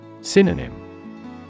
Synonym